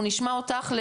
אותך,